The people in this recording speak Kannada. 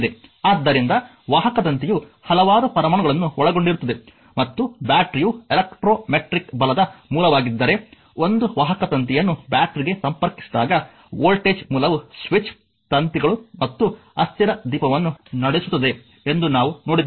ಆದ್ದರಿಂದ ವಾಹಕ ತಂತಿಯು ಹಲವಾರು ಪರಮಾಣುಗಳನ್ನು ಒಳಗೊಂಡಿರುತ್ತದೆ ಮತ್ತು ಬ್ಯಾಟರಿಯು ಎಲೆಕ್ಟ್ರೋಮೆಟ್ರಿಕ್ ಬಲದ ಮೂಲವಾಗಿದೆ ಒಂದು ವಾಹಕ ತಂತಿಯನ್ನು ಬ್ಯಾಟರಿಗೆ ಸಂಪರ್ಕಿಸಿದಾಗ ವೋಲ್ಟೇಜ್ ಮೂಲವು ಸ್ವಿಚ್ ತಂತಿಗಳು ಮತ್ತು ಅಸ್ಥಿರ ದೀಪವನ್ನು ನಡೆಸುತ್ತದೆ ಎಂದು ನಾವು ನೋಡಿದ್ದೇವೆ